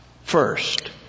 first